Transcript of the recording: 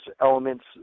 elements